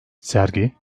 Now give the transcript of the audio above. sergi